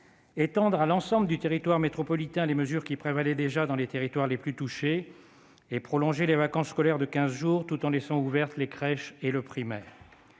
étendre à l'ensemble du territoire métropolitain les mesures qui prévalaient déjà dans les territoires les plus touchés et prolonger les vacances scolaires de quinze jours tout en laissant ouvertes les crèches et les écoles